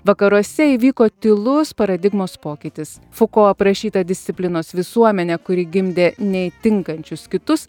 vakaruose įvyko tylus paradigmos pokytis fuko aprašyta disciplinos visuomenė kuri gimdė neįtinkančius kitus